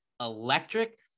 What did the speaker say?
electric